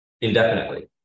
indefinitely